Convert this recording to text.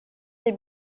des